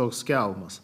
toks kelmas